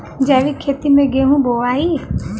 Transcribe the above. जैविक खेती से गेहूँ बोवाई